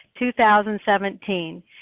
2017